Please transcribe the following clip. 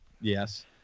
Yes